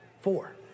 four